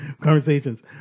Conversations